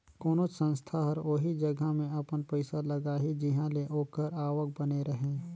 कोनोच संस्था हर ओही जगहा में अपन पइसा लगाही जिंहा ले ओकर आवक बने रहें